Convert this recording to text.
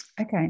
Okay